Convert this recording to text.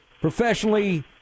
professionally